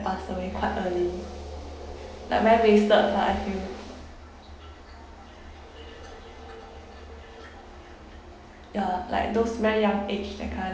pass away quite early like very wasted lah I feel ya like those very young age that kind